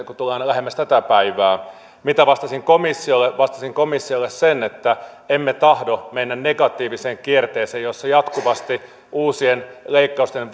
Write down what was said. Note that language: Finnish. kun tullaan lähemmäksi tätä päivää mitä vastaisin komissiolle vastaisin komissiolle että emme tahdo mennä negatiiviseen kierteeseen jossa jatkuvasti uusien leikkausten